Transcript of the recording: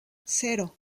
cero